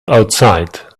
outside